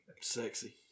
Sexy